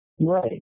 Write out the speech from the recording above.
Right